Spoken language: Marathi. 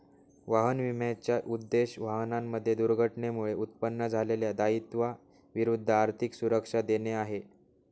वाहन विम्याचा उद्देश, वाहनांमध्ये दुर्घटनेमुळे उत्पन्न झालेल्या दायित्वा विरुद्ध आर्थिक सुरक्षा देणे आहे